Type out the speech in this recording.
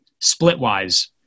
split-wise